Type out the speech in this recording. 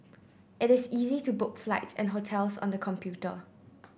it is easy to book flights and hotels on the computer